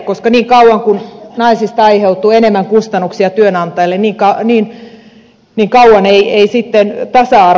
koska niin kauan kuin naisista aiheutuu enemmän kustannuksia työnantajalle ei tasa arvo toteudu